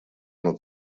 оно